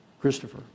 Christopher